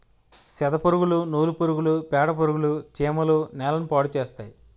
సెదపురుగులు నూలు పురుగులు పేడపురుగులు చీమలు నేలని పాడుచేస్తాయి